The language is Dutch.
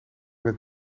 met